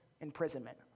imprisonment